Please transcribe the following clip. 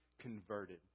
converted